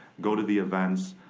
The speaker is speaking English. go to the events,